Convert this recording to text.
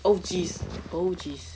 oh jeez oh jeez